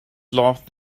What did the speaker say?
laughed